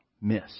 miss